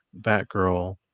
Batgirl